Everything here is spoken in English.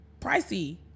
pricey